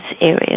areas